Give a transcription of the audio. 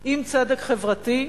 עם צדק חברתי,